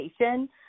education